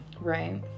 Right